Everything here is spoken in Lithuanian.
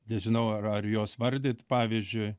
nežinau ar ar juos vardyt pavyzdžiui